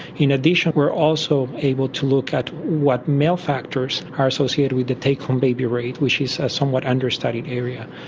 in addition we are also able to look at what male factors are associated with the take-home baby rate, which is a somewhat under-studied area.